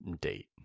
date